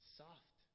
soft